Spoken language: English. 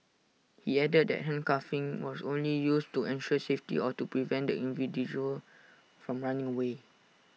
he added that handcuffing was only used to ensure safety or to prevent the from running away